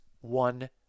one